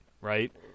right